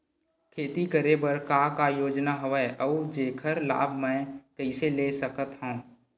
खेती करे बर का का योजना हवय अउ जेखर लाभ मैं कइसे ले सकत हव?